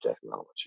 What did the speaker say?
technology